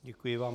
Děkuji vám.